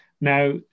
now